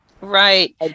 Right